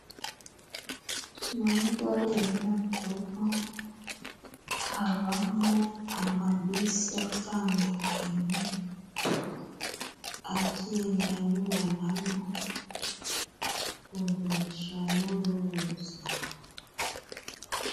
Muri gare ya nyabugogo habamo amabisi atandukanye ageda anyuranamo uruja n'uruza.